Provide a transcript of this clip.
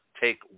take